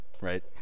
right